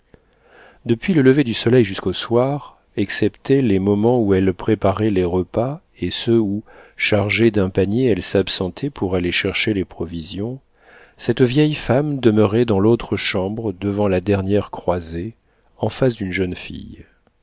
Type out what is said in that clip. depuis le lever du soleil jusqu'au soir excepté les moments où elle préparait les repas et ceux où chargée d'un panier elle s'absentait pour aller chercher les provisions cette vieille femme demeurait dans l'autre chambre devant la dernière croisée en face d'une jeune fille